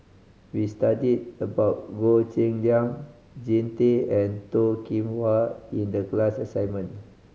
we studied about Goh Cheng Liang Jean Tay and Toh Kim Hwa in the class assignment